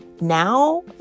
Now